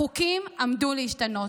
החוקים עמדו להשתנות.